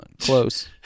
close